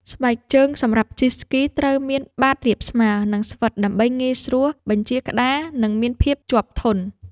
ស្បែកជើងសម្រាប់ជិះស្គី ត្រូវមានបាតរាបស្មើ និងស្វិត ដើម្បីងាយស្រួលបញ្ជាក្ដារ និងមានភាពជាប់ធន់។